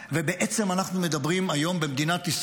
ובעצם אנחנו מדברים היום במדינת ישראל